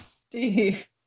Steve